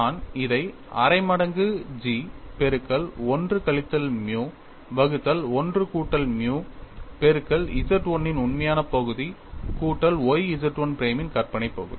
நான் இதை அரை மடங்கு G பெருக்கல் 1 கழித்தல் மியூ வகுத்தல் 1 கூட்டல் மியூ பெருக்கல் Z 1 இன் உண்மையான பகுதி கூட்டல் y Z 1 பிரைமின் கற்பனை பகுதி